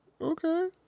Okay